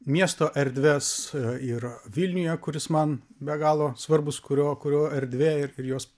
miesto erdves ir vilniuje kuris man be galo svarbus kurio kurio erdvė ir jos